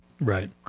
Right